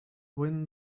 win